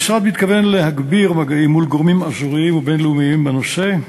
המשרד מתכוון להגביר מגעים מול גורמים אזוריים ובין-לאומיים בנושא.